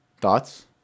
Thoughts